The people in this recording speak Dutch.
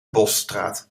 bosstraat